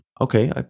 okay